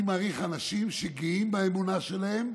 אני מעריך אנשים שגאים באמונה שלהם,